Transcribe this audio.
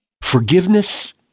Forgiveness